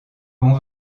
l’on